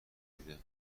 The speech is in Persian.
دیدن